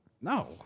No